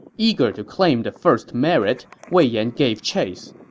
eager to claim the first merit, wei yan gave chase.